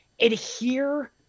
adhere